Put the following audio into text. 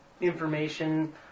information